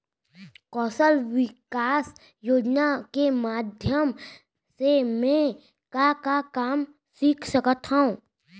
कौशल विकास योजना के माधयम से मैं का का काम सीख सकत हव?